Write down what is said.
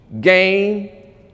gain